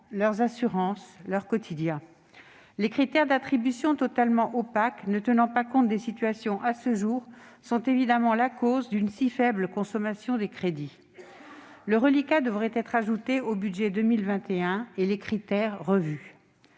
leurs assurances, bref, le quotidien. Les critères d'attribution, totalement opaques et ne tenant pas compte des situations individuelles, sont évidemment la cause d'une si faible consommation des crédits. Le reliquat devrait être ajouté au budget de 2021 et les critères